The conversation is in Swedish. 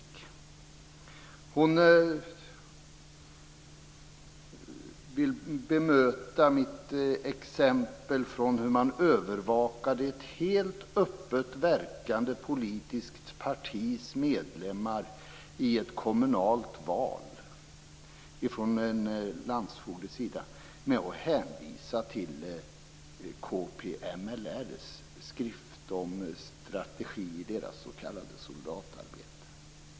Gun Hellsvik vill bemöta mitt exempel på hur man, från en landsfogdes sida, övervakade ett helt öppet verkande politiskt partis medlemmar i ett kommunalt val med att hänvisa till KPML:s skrift om strategi i deras s.k. soldatarbete.